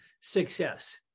success